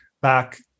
back